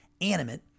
animate